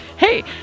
Hey